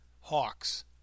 hawks